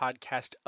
podcast